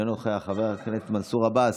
אינו נוכח, חבר הכנסת דני דנון,